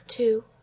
Two